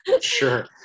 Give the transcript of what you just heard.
Sure